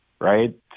right